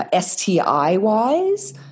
STI-wise